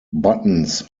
buttons